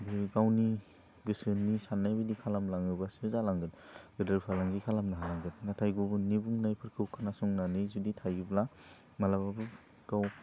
बि गावनि गोसोनि सान्नाय बिदि खालामलाङोबासो जालांगोन गेदेर फालांगि खालामनो हालांगोन नाथाइ गुबुननि बुंनायफोरखौ खोनासंनानै जुदि थायोब्ला मालाबाबो गाव